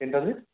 ఏంటి అది